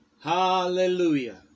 Hallelujah